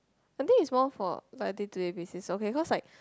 I think it's more for like day to day basis okay cause like